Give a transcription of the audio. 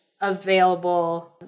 available